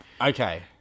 okay